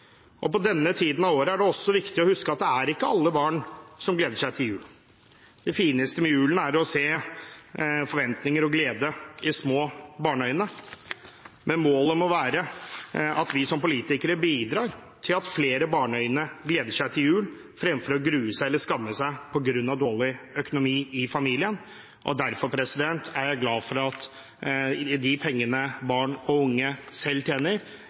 og på denne tiden av året er det også viktig å huske at det er ikke alle barn som gleder seg til jul. Det fineste med julen er å se forventninger og glede i små barneøyne, men målet må være at vi som politikere bidrar til at flere barneøyne gleder seg til jul, fremfor å grue seg eller skamme seg på grunn av dårlig økonomi i familien. Derfor er jeg glad for at de pengene barn og unge selv tjener,